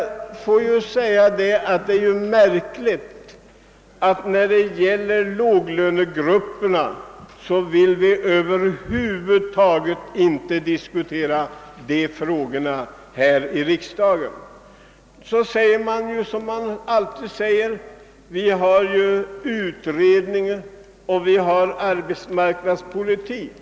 Det är märkligt att vi här i riksdagen över huvud taget inte vill diskutera låglönegruppernas problem. Nu som alltid annars säger man: vi har ju en utredning, vi har en arbetsmarknadspolitik.